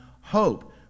hope